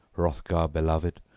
hrothgar beloved,